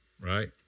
right